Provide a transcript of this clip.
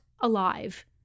alive